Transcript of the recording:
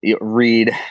read